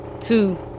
Two